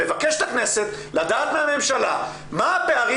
מבקשת הכנסת לדעת מהממשלה מה הם הפערים